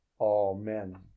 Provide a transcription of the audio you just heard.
Amen